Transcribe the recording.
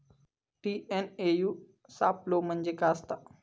TNAU सापलो म्हणजे काय असतां?